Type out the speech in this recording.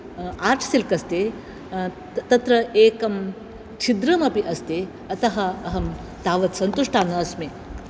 art silk अस्ति तत्र एकं छिद्रम् अपि अस्ति अतः अहं तावत् सन्तुष्टा नास्मि